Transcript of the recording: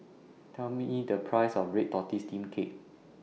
Tell Me E The Price of Red Tortoise Steamed Cake